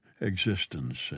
existence